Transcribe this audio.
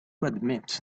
admit